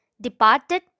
Departed